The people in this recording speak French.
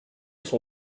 son